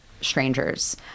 strangers